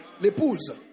l'épouse